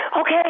Okay